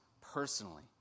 personally